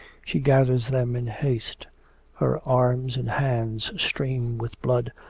she gathers them in haste her arms and hands stream with blood,